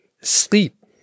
Sleep